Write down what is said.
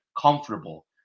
comfortable